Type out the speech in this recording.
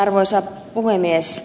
arvoisa puhemies